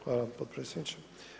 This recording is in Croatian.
Hvala potpredsjedniče.